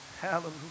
Hallelujah